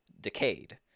decayed